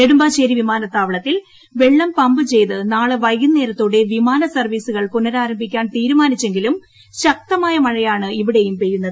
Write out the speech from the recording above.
നെടുമ്പാശ്ശേരി വിമാനത്താവളത്തിൽ വെള്ളം പമ്പു ചെയ്ത് നാളെ വൈകുന്നേരത്തോടെ വിമാന സർവ്വീസുകൾ പുനരാരംഭിക്കാൻ തീരുമാനിച്ചെങ്കിലും ശക്തമായ മഴയാണ് ഇവിടെയും പെയ്യുന്നത്